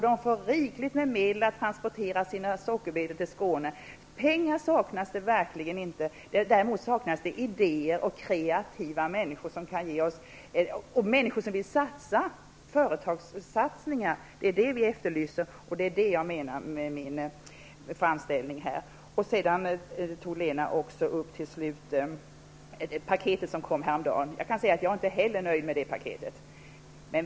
De får rikligt med medel för att transportera sockerbetor till Skåne. Pengar saknas det verkligen inte. Däremot saknas det människor med kreativa idéer och människor som vill satsa. Vi efterlyser företagssatsningar. Lena Öhrsvik berörde i sin replik paketet som kom häromdagen. Jag är inte heller nöjd med det paketet.